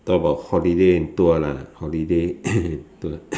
talk about holiday tour lah holiday tour